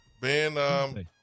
Ben